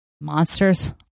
monsters